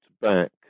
back